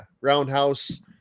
Roundhouse